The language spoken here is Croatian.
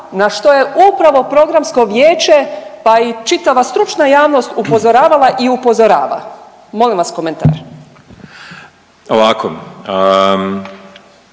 na što je upravo Programsko vijeće, pa i čitava stručna javnost upozoravala i upozorava, molim vas komentar.